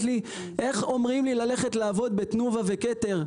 לי איך אומרים לי ללכת לעבוד בתנובה וכתר,